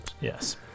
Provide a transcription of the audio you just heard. Yes